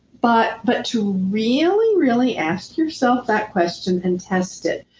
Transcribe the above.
but but to really, really ask yourself that question and test it.